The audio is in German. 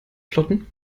plotten